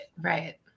right